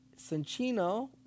Sanchino